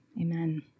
amen